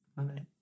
Okay